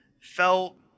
felt